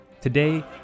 Today